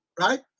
right